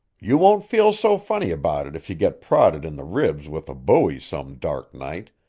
you won't feel so funny about it if you get prodded in the ribs with a bowie some dark night,